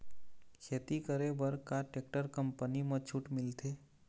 खेती करे बर का टेक्टर कंपनी म छूट मिलथे?